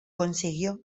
consiguió